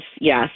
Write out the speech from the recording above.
Yes